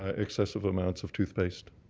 ah excessive amounts of toothpaste.